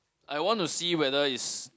I want to see whether is